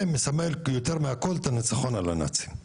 זה מסמל, יותר מהכל, את הניצחון על הנאצים.